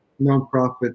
nonprofit